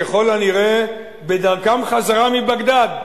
ככל הנראה, בדרכם חזרה מבגדד,